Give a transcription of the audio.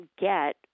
get